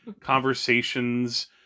conversations